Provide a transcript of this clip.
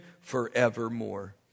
forevermore